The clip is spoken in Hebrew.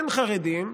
אין חרדים,